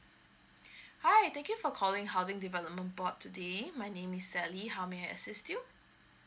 hi thank you for calling housing development board today my name is sally how may I assist you